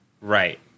right